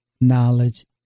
knowledge